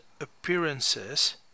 appearances